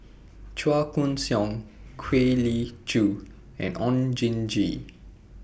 Chua Koon Siong Kwek Leng Joo and Oon Jin Gee